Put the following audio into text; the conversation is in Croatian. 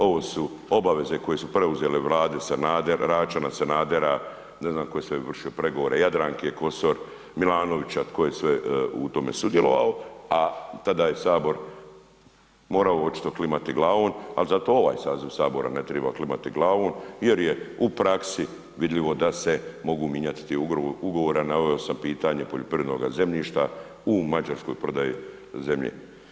Ovo su obaveze koje su preuzele vlade Sanader, Račana, Sanadera, ne znam tko je sve vršio pregovore Jadranka Kosor, Milanovića, tko je sve u tome sudjelovao, a tada je sabor morao očito klimati glavom, al zato ovaj saziv sabora ne triba klimati glavom jer je u praksi vidljivo da se mogu mijenjati ti ugovori naveo sam pitanje poljoprivrednoga zemljišta u Mađarskoj prodaji zemlje.